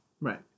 Right